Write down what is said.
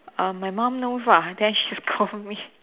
err my mum knows !wah! then she scold me